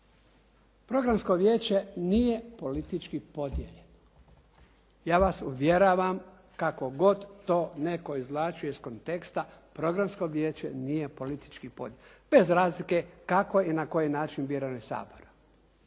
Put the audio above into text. Programsko vijeće nije politički podijeljeno. Ja vas uvjeravam kako god to netko izvlačio iz konteksta, programsko vijeće nije politički podijeljeno, bez razlike kako i na koji način biran iz Sabora,